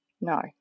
no